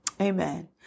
Amen